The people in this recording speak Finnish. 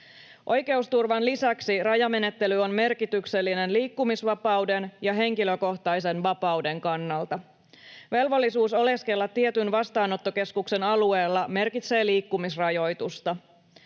Oikeusturvan lisäksi rajamenettely on merkityksellinen liikkumisvapauden ja henkilökohtaisen vapauden kannalta. Velvollisuus oleskella tietyn vastaanottokeskuksen alueella merkitsee liikkumisrajoitusta.